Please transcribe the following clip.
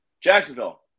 Jacksonville